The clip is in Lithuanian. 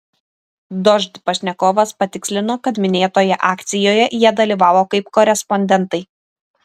dožd pašnekovas patikslino kad minėtoje akcijoje jie dalyvavo kaip korespondentai